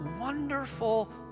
wonderful